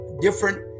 different